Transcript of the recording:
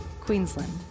queensland